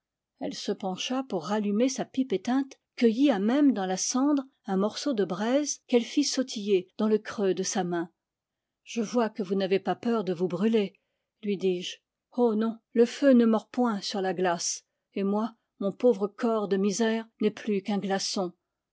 elle se pencha pour rallumer sa pipe éteinte cueillit à même dans la cendre un morceau de braise qu'elle fit sautiller dans le creux de sa main je vois que vous n'avez pas peur de vous brûler lui dis-je oh non le feu ne mord point sur la glace et moi mon pauvre corps de misère n'est plus qu'un glaçon